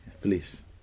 Please